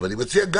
אני מציע,